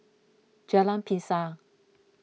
Jalan Pisang